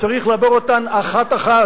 צריך לעבור אותן אחת אחת